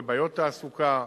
לבעיות תעסוקה,